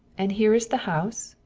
and here is the house,